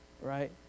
right